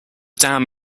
dam